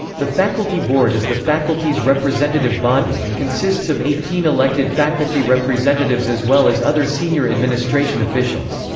the faculty board is the faculty's representative body and consists of eighteen elected faculty representatives as well as other senior administration officials.